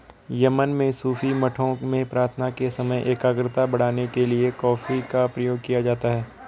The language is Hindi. यमन में सूफी मठों में प्रार्थना के समय एकाग्रता बढ़ाने के लिए कॉफी का प्रयोग किया जाता था